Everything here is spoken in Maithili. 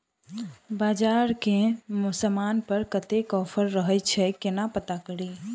बजार मे केँ समान पर कत्ते ऑफर रहय छै केना पत्ता कड़ी?